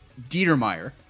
Dietermeyer